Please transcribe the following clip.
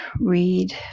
read